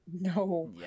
No